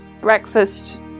Breakfast